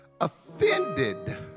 offended